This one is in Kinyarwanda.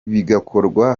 bigakorwa